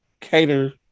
cater